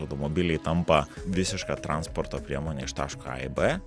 automobiliai tampa visiška transporto priemone iš taško a į b